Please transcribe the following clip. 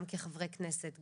גם כחברי כנסת,